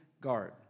guard